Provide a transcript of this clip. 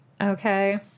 okay